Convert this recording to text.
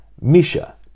Misha